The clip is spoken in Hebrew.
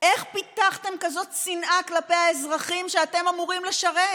איך פיתחתם כזאת שנאה כלפי האזרחים שאתם שאמורים לשרת?